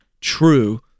true